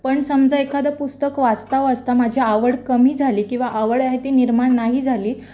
पण समजा एखादं पुस्तक वाचता वाचता माझी आवड कमी झाली किंवा आवड आहे ती निर्माण नाही झाली